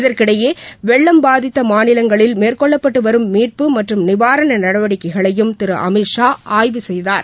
இதற்கிடையே வெள்ளம் பாதித்த மாநிலங்களில் மேற்கொள்ளப்பட்டு வரும் மீட்பு மற்றும் நிவாரண நடவடிக்கைகளையும் திரு அமித் ஷா ஆய்வு செய்தார்